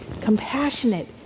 compassionate